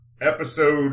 episode